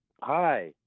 hi